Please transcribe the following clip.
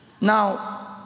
Now